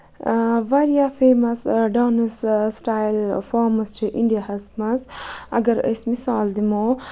واریاہ famous dance style forms چھِ India ہَس منٛز اَگر أسۍ مِثال دِمو